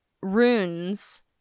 runes